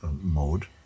Mode